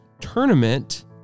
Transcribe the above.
tournament